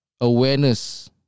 awareness